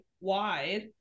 wide